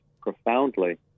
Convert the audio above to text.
profoundly